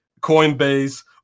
Coinbase